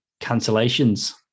cancellations